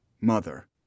mother